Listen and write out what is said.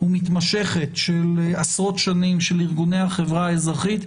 ומתמשכת של עשרות שנים של ארגוני החברה האזרחית,